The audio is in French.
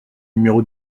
numéro